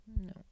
No